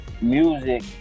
music